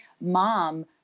mom